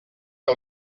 que